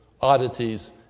oddities